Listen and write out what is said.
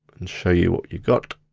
and show you what you've got.